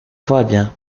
falla